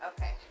Okay